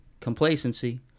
Complacency